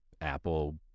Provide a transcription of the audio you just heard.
Apple